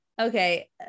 okay